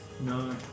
No